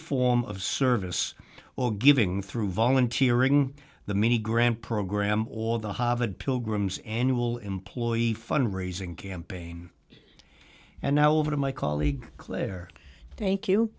form of service or giving through volunteering the many grant program or the hava pilgrims annual employee fund raising campaign and now over to my colleague claire thank you